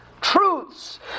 truths